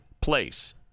place